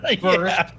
first